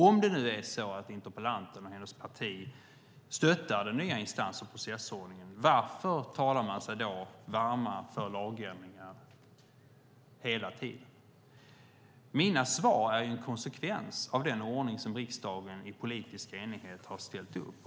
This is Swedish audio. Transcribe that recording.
Om interpellanten och hennes parti stöttar den nya instans och processordningen, varför talar man sig då varm för lagändringar hela tiden? Mina svar är en konsekvens av den ordning som riksdagen i politisk enighet har ställt upp.